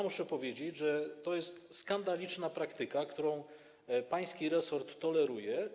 Muszę powiedzieć, że to jest skandaliczna praktyka, którą pański resort toleruje.